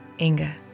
Inga